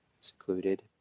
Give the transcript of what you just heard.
secluded